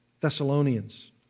Thessalonians